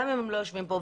גם אם הם לא יושבים פה.